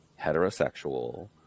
heterosexual